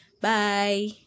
bye